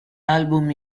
album